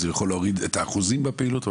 זה יכול להוריד את האחוזים בפעילות אבל